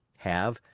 have,